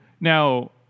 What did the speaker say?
now